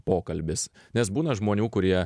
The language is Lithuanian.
pokalbis nes būna žmonių kurie